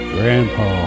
Grandpa